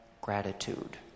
gratitude